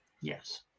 Yes